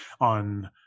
on